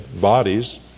bodies